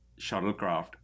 shuttlecraft